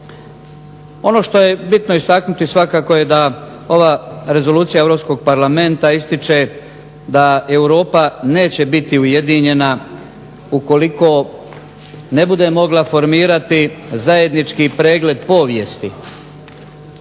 Ono što je bitno istaknuti svakako je da ova Rezolucija Europskog parlamenta ističe da Europa neće biti ujedinjena ukoliko ne bude mogla formirati zajednički pregled povijesti.